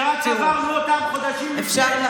חודשים לפני,